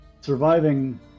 surviving